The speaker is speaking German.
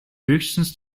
höchstens